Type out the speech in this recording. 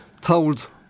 told